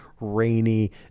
rainy